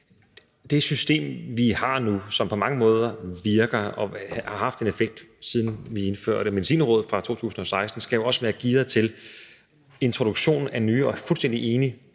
Det system, vi har nu, som på mange måder virker og har haft en effekt, siden vi indførte Medicinrådet i 2016, skal jo også være gearet til introduktion af nye – og jeg er fuldstændig enig